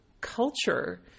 culture